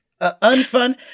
unfun